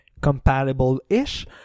compatible-ish